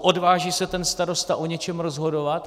Odváží se ten starosta o něčem rozhodovat?